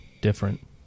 different